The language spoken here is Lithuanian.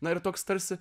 na ir toks tarsi